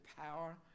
power